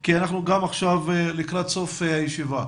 כי אנחנו עכשיו לקראת סוף הדיון.